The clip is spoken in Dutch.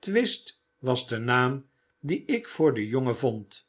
twist was de naam dien ik voor den jongen vond